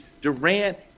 Durant